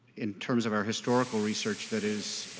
in terms of our historical research, that is